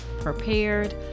prepared